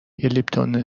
لیپتون